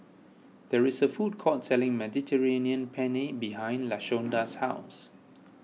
there is a food court selling Mediterranean Penne behind Lashonda's house